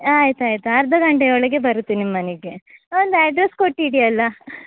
ಆಯಿತಾಯ್ತು ಅರ್ಧ ಗಂಟೆ ಒಳಗೆ ಬರುತ್ತೆ ನಿಮ್ಮ ಮನಗೆ ಒಂದು ಅಡ್ರಸ್ ಕೊಟ್ಟಿಡಿ ಅಲ್ಲ